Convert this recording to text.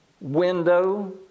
window